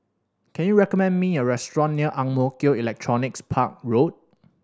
can you recommend me a restaurant near Ang Mo Kio Electronics Park Road